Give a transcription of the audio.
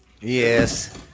Yes